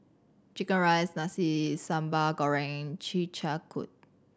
chicken rice Nasi Sambal Goreng Chi Kak Kuih